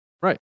Right